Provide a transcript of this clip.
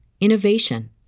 innovation